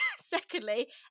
Secondly